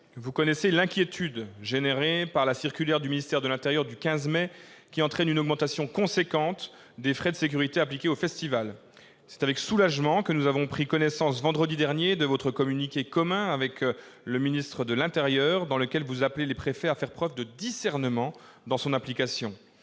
Vous connaissez l'inquiétude qu'a suscitée la circulaire du ministère de l'intérieur du 15 mai, laquelle entraîne une augmentation importante des frais de sécurité appliqués aux festivals. C'est avec soulagement que nous avons pris connaissance vendredi dernier du communiqué commun que vous avez publié avec le ministre de l'intérieur, dans lequel vous appelez les préfets à faire preuve de discernement dans son application.